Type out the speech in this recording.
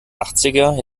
achtziger